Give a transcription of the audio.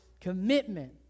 commitment